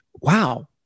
wow